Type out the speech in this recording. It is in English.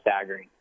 staggering